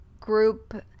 group